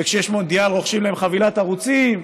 וכשיש מונדיאל רוכשים להם חבילת ערוצים,